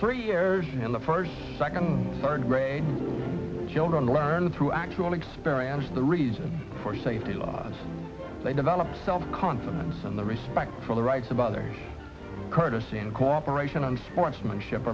three years in the first second third grade children learn through actual experience the reason for safety laws they develop self confidence and the respect for the rights of others courtesy and cooperation and sportsmanship